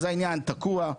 אז העניין תקוע.